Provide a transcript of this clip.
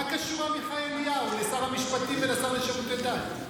מה קשור עמיחי אליהו לשר המשפטים ולשר לשירותי דת?